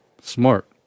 Smart